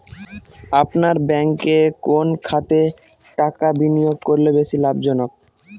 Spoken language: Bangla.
আপনার ব্যাংকে কোন খাতে টাকা বিনিয়োগ করলে বেশি লাভজনক?